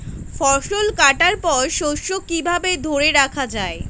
ফসল কাটার পর শস্য কিভাবে ধরে রাখা য়ায়?